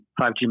5G